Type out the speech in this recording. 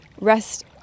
rest